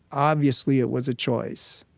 obviously, it was a choice.